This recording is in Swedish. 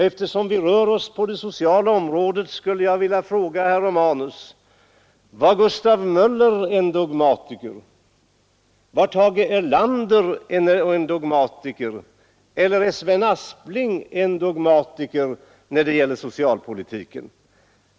Eftersom vi rör oss på det sociala området, skulle jag vilja fråga herr Romanus: Var Gustav Möller en dogmatiker? Var Tage Erlander en dogmatiker och är Sven Aspling en dogmatiker när det gäller socialpolitiken?